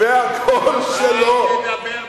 אל תדבר בשמי,